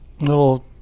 little